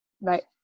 right